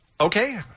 okay